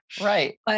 Right